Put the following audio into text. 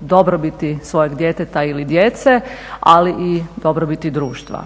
dobrobiti svojeg djeteta ili djece ali i dobrobiti društva.